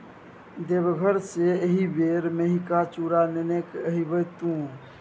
देवघर सँ एहिबेर मेहिका चुड़ा नेने आबिहे तु